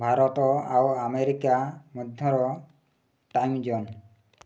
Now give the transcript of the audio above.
ଭାରତ ଆଉ ଆମେରିକା ମଧ୍ୟର time zone